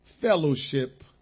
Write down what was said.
fellowship